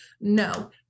No